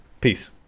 Peace